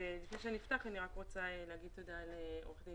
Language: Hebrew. לפני שאני אפתח אני רוצה לומר תודה לעורך דין